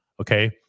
Okay